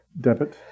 Debit